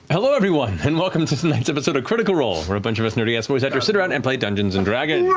hello, everyone, and welcome to tonight's episode of critical role, where a bunch of us nerdy-ass voice actors sit around and play dungeons and dragons.